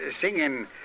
singing